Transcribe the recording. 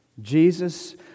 Jesus